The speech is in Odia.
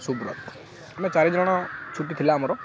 ସୁବ୍ରତ ଆମେ ଚାରିଜଣ ଛୁଟି ଥିଲା ଆମର